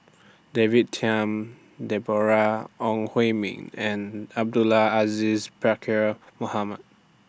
David Tham Deborah Ong Hui Min and Abdul Aziz Pakkeer Mohamed